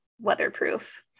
weatherproof